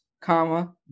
comma